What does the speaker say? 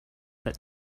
that